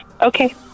Okay